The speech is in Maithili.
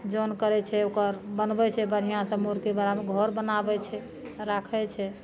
जन करै छै ओकर बनबै छै बढ़िऑं सऽ मूर्तिबलामे घर बनाबै छै राखै छै